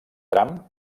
tram